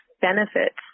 benefits